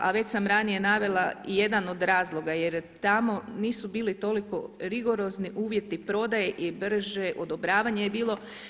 A već sam ranije navela i jedan od razloga jer tamo nisu bili toliko rigorozni uvjeti prodaje i brže odobravanje je bilo.